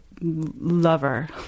lover